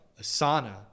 Asana